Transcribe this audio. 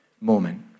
moment